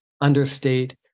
understate